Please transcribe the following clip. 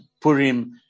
Purim